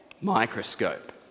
Microscope